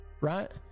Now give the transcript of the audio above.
right